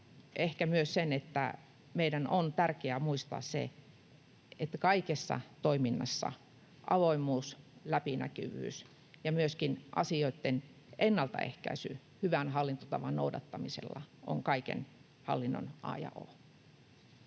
ehkä myös, että meidän on tärkeää muistaa se, että kaikessa toiminnassa avoimuus, läpinäkyvyys ja myöskin asioitten ennaltaehkäisy hyvän hallintotavan noudattamisella on kaiken hallinnon a ja o.